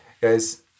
Guys